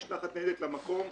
נשלחת ניידת למקום,